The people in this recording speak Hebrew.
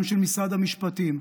גם של משרד המשפטים.